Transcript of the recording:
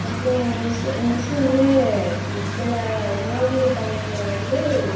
அப்புறம் எங்கள் miss miss வந்து சில ஓவிய கலைகள வந்து